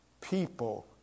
people